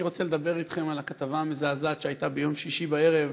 אני רוצה לדבר אתכם על הכתבה המזעזעת שהייתה ביום שישי בערב